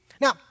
Now